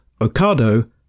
Ocado